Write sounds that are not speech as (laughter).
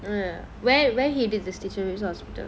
(noise) where where he did the stitches which hospital